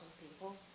people